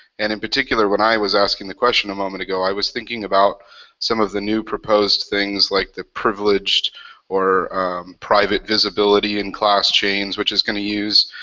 and, in particular, when i was asking the question a moment ago i was thinking about some of the new proposed things like the privileged or private visibility in class chains, which is gonna use,